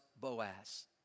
Boaz